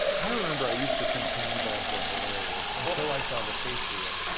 i remember i used to think cannonballs were hilarious and until i saw the patriot.